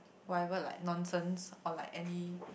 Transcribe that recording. whatever like nonsenses or like any